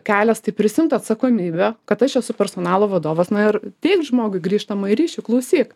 kelias tai prisiimt atsakomybę kad aš esu personalo vadovas na ir teikt žmogui grįžtamąjį ryšį klausyk